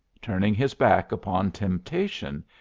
turning his back upon temptation,